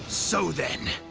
so then,